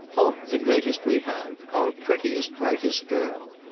oh the greatest we have our prettiest brightest girl.